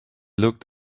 looked